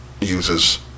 uses